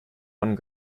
one